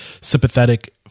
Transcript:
sympathetic